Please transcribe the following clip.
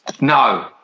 No